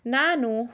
ನಾನು